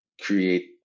create